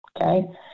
Okay